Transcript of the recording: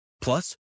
plus